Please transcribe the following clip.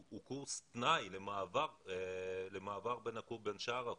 הוא קורס תנאי למעבר לשאר הקורסים.